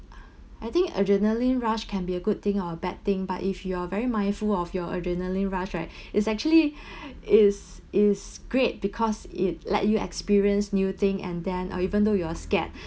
I think adrenaline rush can be a good thing or a bad thing but if you are very mindful of your adrenaline rush right is actually is is great because it let you experience new thing and then uh even though you are scared